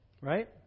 Right